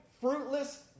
fruitless